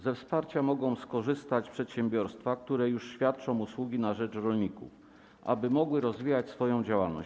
Ze wsparcia mogą skorzystać przedsiębiorstwa, które już świadczą usługi na rzecz rolników, tak aby mogły rozwijać swoją działalność.